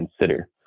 consider